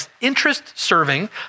interest-serving